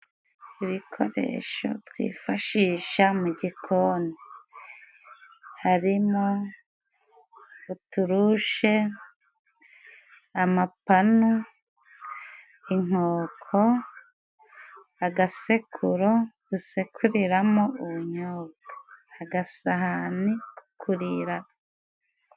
Ibikoresho twifashisha mu gikoni harimo uturushe, amapanu, inkoko, agasekuro dusekuriramo ubunyobwa, agasahani ko kuriraho.